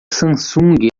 samsung